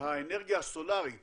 האנרגיה הסולרית